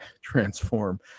transform